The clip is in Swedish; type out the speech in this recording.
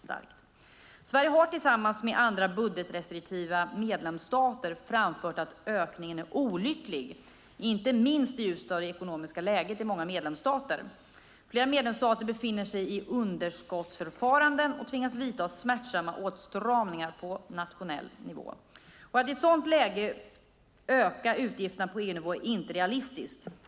Sverige har tillsammans med andra budgetrestriktiva medlemsstater framfört att ökningen är olycklig, inte minst i ljuset av det ekonomiska läget i många medlemsstater. Flera medlemsstater befinner sig i underskottsförfaranden och tvingas vidta smärtsamma åtstramningar på nationell nivå. Att i ett sådant läge öka utgifterna på EU-nivå är inte realistiskt.